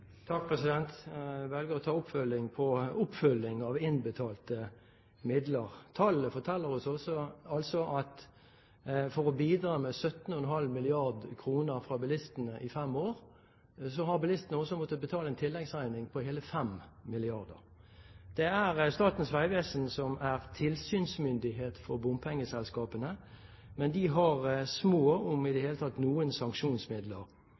velger å ta oppfølging på oppfølgingen av innbetalte midler. Tallene forteller oss altså at i tillegg til å bidra med 17,5 mrd. kr i fem år har bilistene også måttet betale en tilleggsregning på hele 5 mrd. kr. Det er Statens vegvesen som er tilsynsmyndighet for bompengeselskapene, men de har små – om i det hele tatt noen – sanksjonsmidler